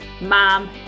mom